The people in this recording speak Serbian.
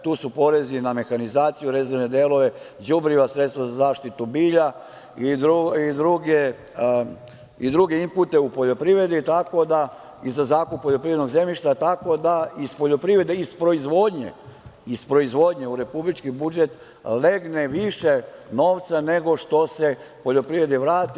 Tu su porezi na mehanizaciju, rezervne delove, đubriva, sredstva za zaštitu bilja i druge impute u poljoprivredi, tako da i za zakup poljoprivrednog zemljišta, tako da iz poljoprivrede, iz proizvodnje u republički budžete legne više novca nego što se poljoprivredi vrati.